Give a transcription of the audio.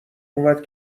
اومد